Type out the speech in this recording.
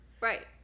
Right